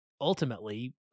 ultimately